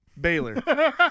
Baylor